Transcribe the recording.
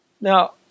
Now